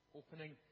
opening